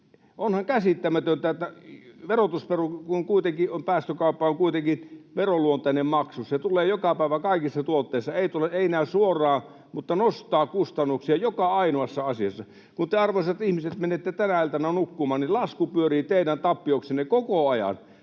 näihin vääriin kohtiin puutu? Päästökauppa on kuitenkin veronluonteinen maksu, se tulee joka päivä kaikissa tuotteissa: ei näy suoraan mutta nostaa kustannuksia joka ainoassa asiassa. Kun te, arvoisat ihmiset, menette tänä iltana nukkumaan, niin lasku pyörii teidän tappioksenne koko ajan: